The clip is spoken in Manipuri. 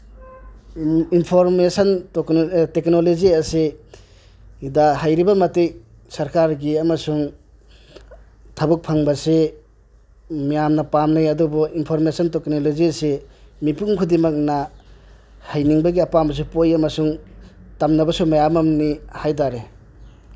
ꯏꯟꯐꯣꯔꯃꯦꯁꯟ ꯇꯦꯛꯀꯅꯣꯂꯣꯖꯤ ꯑꯁꯤꯗ ꯍꯩꯔꯤꯕ ꯃꯇꯤꯛ ꯁꯔꯀꯥꯔꯒꯤ ꯑꯃꯁꯨꯡ ꯊꯕꯛ ꯐꯪꯕꯁꯤ ꯌꯥꯝꯅ ꯄꯥꯝꯅꯩ ꯑꯗꯨꯕꯨ ꯏꯟꯐꯣꯔꯃꯦꯁꯟ ꯇꯦꯛꯀꯅꯣꯂꯣꯖꯤ ꯑꯁꯤ ꯃꯤꯄꯨꯝ ꯈꯨꯗꯤꯡꯃꯛꯅ ꯍꯩꯅꯤꯡꯕꯒꯤ ꯑꯄꯥꯝꯕꯁꯨ ꯄꯣꯛꯏ ꯑꯃꯁꯨꯡ ꯇꯝꯅꯕꯁꯨ ꯃꯌꯥꯝ ꯑꯃꯅꯤ ꯍꯥꯏꯇꯥꯔꯦ